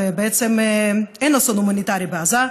ובעצם אין אסון הומניטרי בעזה,